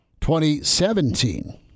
2017